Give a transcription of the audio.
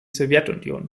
sowjetunion